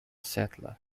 settler